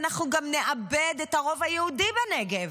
אנחנו גם נאבד את הרוב היהודי בנגב.